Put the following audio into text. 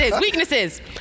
Weaknesses